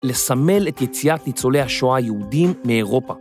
לסמל את יציאת ניצולי השואה היהודים מאירופה.